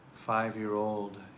five-year-old